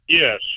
Yes